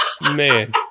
Man